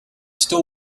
still